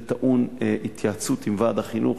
זה טעון התייעצות עם ועד החינוך,